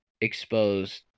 exposed